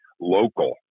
local